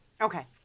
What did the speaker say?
Okay